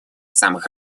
самых